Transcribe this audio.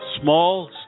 small